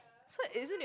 so isn't it